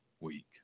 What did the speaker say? week